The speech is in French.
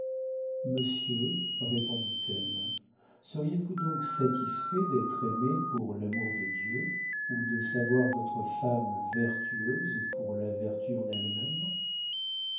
monsieur répondit-elle seriez-vous donc satisfait d'être aimé pour l'amour de dieu ou de savoir votre femme vertueuse pour la vertu en elle-même